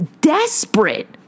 desperate